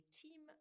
team